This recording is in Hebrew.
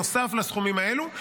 נוסף על הסכומים האלו.